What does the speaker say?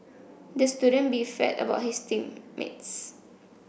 the student beefed about his team mates